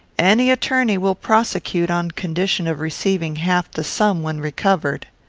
any attorney will prosecute on condition of receiving half the sum when recovered.